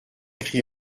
cri